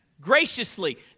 Graciously